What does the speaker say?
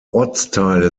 ortsteile